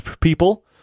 people